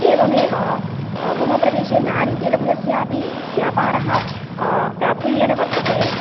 एवमेव मम प्रदेशे नारिकेलफलस्यापि व्यापारः प्राफुल्येन वर्तते